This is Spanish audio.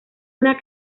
una